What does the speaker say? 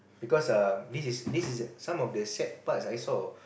because um this is this is some of the sad parts I saw